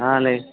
ఆ లేదు